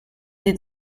did